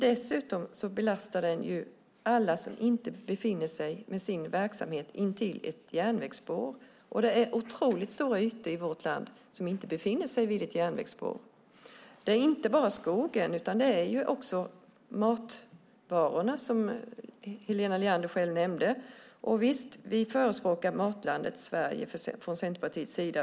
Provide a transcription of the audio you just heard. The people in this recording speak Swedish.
Dessutom belastar den alla som inte bedriver sin verksamhet intill ett järnvägsspår. Det finns oerhört stora ytor i vårt land som inte har några järnvägsspår. Det handlar inte bara om skogsprodukter utan också om matvaror, som Helena Leander själv nämnde. Visst, från Centerpartiets sida förespråkar vi matlandet Sverige.